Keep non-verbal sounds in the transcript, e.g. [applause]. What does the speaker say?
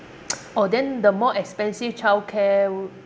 [noise] oh then the more expensive childcare